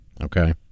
okay